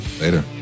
Later